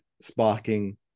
sparking